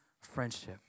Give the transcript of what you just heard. friendship